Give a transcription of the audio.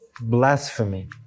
blasphemy